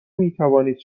میتوانید